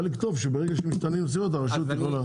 צריך לכתוב שברגע שמשתנים הנסיבות הרשות יכולה.